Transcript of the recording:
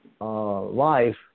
life